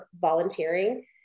volunteering